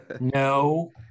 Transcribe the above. no